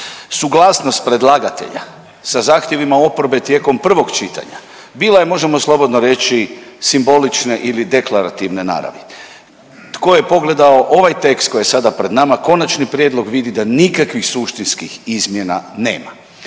Suglasnost predlagatelja sa zahtjevima oporbe tijekom prvog čitanja bila je, možemo slobodno reći, simbolične ili deklarativne naravi. Tko je pogledao ovaj tekst koji je sada pred nama, konačni prijedlog, vidi da nikakvih suštinskih izmjena nema.